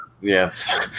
yes